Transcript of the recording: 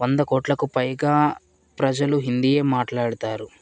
వంద కోట్లకు పైగా ప్రజలు హిందీయే మాట్లాడతారు